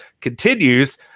continues